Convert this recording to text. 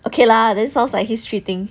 okay lah then sounds like he's treating